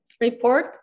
report